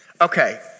Okay